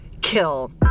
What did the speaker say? Kill